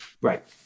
Right